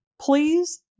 Please